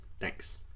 Thanks